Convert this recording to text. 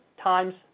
times